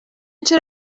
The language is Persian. چرا